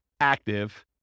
active